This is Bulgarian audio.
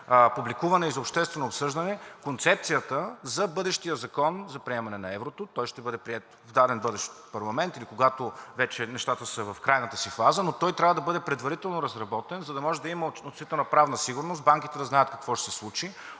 публикувана за обществено обсъждане концепцията за бъдещия закон за приемането на еврото. Той ще бъде приет в даден бъдещ парламент или когато вече нещата са в крайната си фаза, но той трябва да бъде предварително разработен, за да може да има относителна правна сигурност и банките да знаят какво ще се случи.